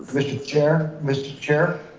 mr. chair, mr. chair,